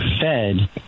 fed—